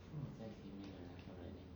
so 我在前面的那个人 meh